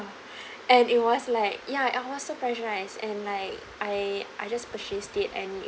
and it was like ya I was so pressurised and like I I just purchased it and